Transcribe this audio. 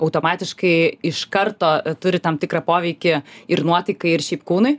automatiškai iš karto turi tam tikrą poveikį ir nuotaikai ir šiaip kūnui